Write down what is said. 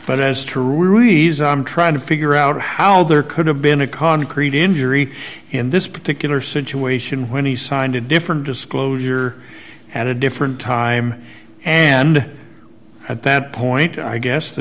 ruiz i'm trying to figure out how there could have been a concrete injury in this particular situation when he signed a different disclosure at a different time and at that point i guess the